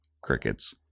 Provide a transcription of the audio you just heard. Crickets